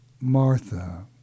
Martha